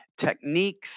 techniques